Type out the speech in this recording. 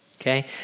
okay